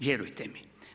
Vjerujte mi.